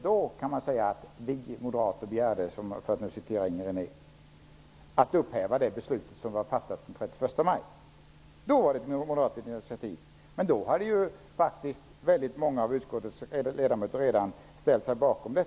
Då kan man säga som Inger René, att ''vi moderater'' begärde att det beslut som fattades den 31 maj skulle upphävas. Då var det ett moderat initiativ. Men då hade många av utskottets ledamöter redan ställt sig bakom det.